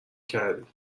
کردی